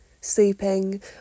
sleeping